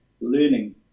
learning